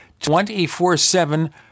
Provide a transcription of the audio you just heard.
24-7